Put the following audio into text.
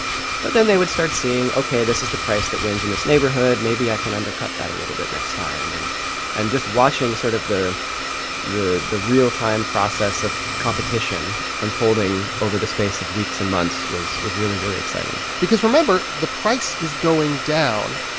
but then they would start seeing, ok, this is the price that wins in this neighborhood. maybe i can undercut that a little bit next time and and just watching sort of the the real-time process of competition unfolding over the space of weeks and months was was really, really exciting because remember, the price is going down,